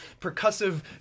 percussive